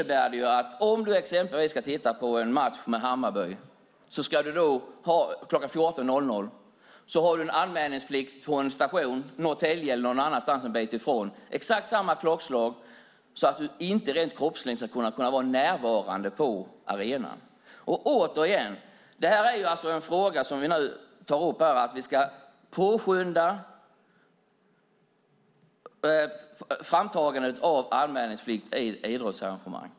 Den som exempelvis vill titta på en match med Hammarby klockan 14.00 och har anmälningsplikt ska anmäla sig på en station en bit därifrån på det klockslaget så att det inte går att vara närvarande på arenan. Vi ska påskynda framtagandet av anmälningsplikt vid idrottsarrangemang.